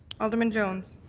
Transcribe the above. alderman jones?